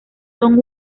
son